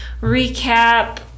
recap